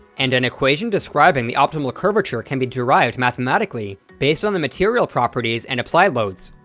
and an equation describing the optimal curvature can be derived mathematically based on the material properties and applied loads.